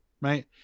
right